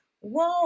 whoa